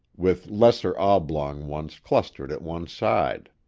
with lesser oblong ones clustered at one side.